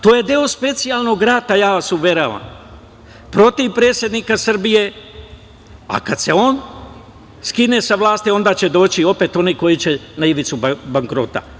To je deo specijalnog rata, ja vas uveravam, protiv predsednika Srbije, a kad se on skine sa vlasti, onda će doći opet oni koji će na ivicu bankrota.